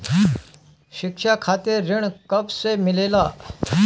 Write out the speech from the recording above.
शिक्षा खातिर ऋण कब से मिलेला?